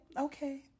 okay